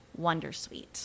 Wondersuite